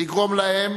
לגרום להם